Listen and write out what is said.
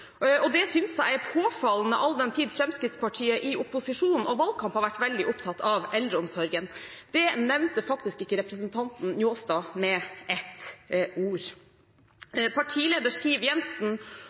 for. Det synes jeg er påfallende all den tid Fremskrittspartiet i opposisjon og valgkamp har vært veldig opptatt av eldreomsorgen. Det nevnte faktisk ikke representanten Njåstad med ett ord. Partileder Siv Jensen